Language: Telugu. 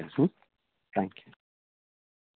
ఓకేనా ఓకే త్యాంక్ యూ